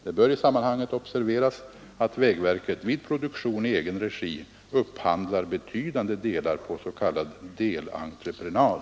Det bör i sammanhanget observeras att vägverket vid produktion i egen regi upphandlar betydande delar på s.k. delentreprenad.